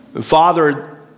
Father